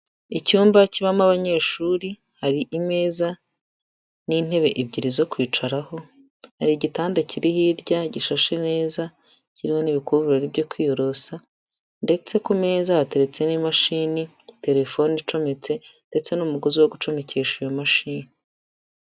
Icyumba kibamo abanyeshuri hari imeza n'intebe ebyiri zo kwicaraho, hari igitanda kiri hirya gishashe neza kiriho n'ibikuvurori byo kwiyorosa ndetse ku meza hateretse n'imashini, telefone icometse ndetse n'umugozi wo gucomekesha iyo mashini.